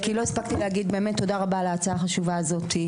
באמת תודה רבה על ההצעה החשובה הזאת.